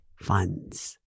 funds